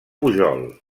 pujol